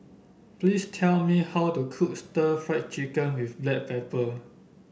please tell me how to cook Stir Fried Chicken with Black Pepper